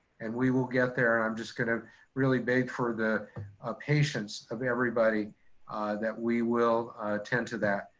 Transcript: and we will get there. and i'm just gonna kind of really beg for the ah patience of everybody that we will attend to that.